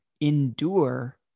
endure